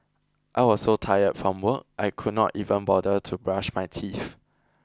I was so tired from work I could not even bother to brush my teeth